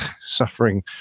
suffering